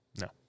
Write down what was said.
No